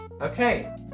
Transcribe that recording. Okay